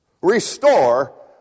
restore